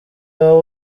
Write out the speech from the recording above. wowe